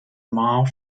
mile